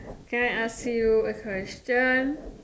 can I ask you a question